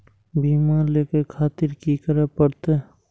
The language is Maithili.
बीमा लेके खातिर की करें परतें?